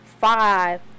five